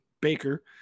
Baker